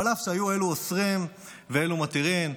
אבל אף שהיו אלו אוסרין ואלו מתירין,